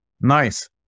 Nice